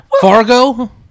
Fargo